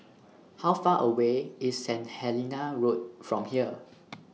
How Far away IS St Helena Road from here